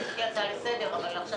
היתה לי הצעה לסדר, אבל אנחנו עכשיו